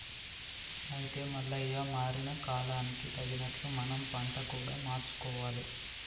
అయితే మల్లయ్య మారిన కాలానికి తగినట్లు మనం పంట కూడా మార్చుకోవాలి